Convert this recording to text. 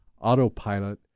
autopilot